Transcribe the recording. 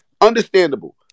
Understandable